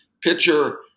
pitcher